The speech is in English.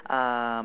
uh